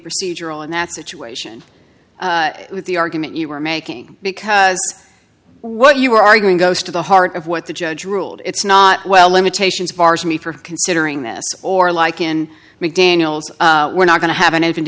procedural in that situation with the argument you were making because what you were arguing goes to the heart of what the judge ruled it's not well limitations bars me from considering this or like in mcdaniels we're not going to have an